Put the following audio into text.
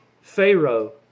Pharaoh